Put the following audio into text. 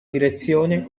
direzione